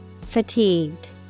fatigued